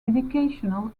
educational